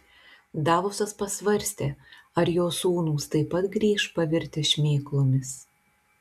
davosas pasvarstė ar jo sūnūs taip pat grįš pavirtę šmėklomis